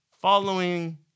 following